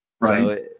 Right